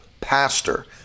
pastor